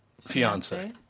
fiance